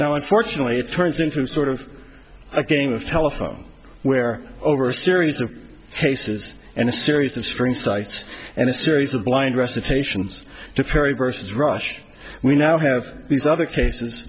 now unfortunately it turns into sort of a game of telephone where over a series of cases and a series of screen sites and a series of blind recitations to perry versus russia we now have these other cases